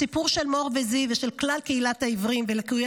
הסיפור של מור וזיו ושל כלל קהילת העיוורים ולקויי